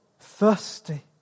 thirsty